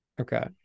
Okay